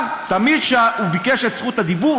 אבל תמיד כשהוא ביקש את זכות הדיבור,